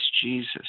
Jesus